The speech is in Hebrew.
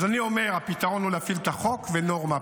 אז אני אומר: הפתרון הוא להפעיל את החוק והנורמה.